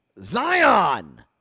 Zion